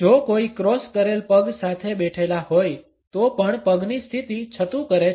જો કોઇ ક્રોસ કરેલ પગ સાથે બેઠેલા હોય તો પણ પગની સ્થિતિ છતું કરે છે